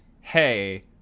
Hey